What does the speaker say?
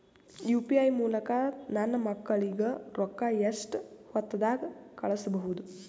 UPI ಮೂಲಕ ನನ್ನ ಮಕ್ಕಳಿಗ ರೊಕ್ಕ ಎಷ್ಟ ಹೊತ್ತದಾಗ ಕಳಸಬಹುದು?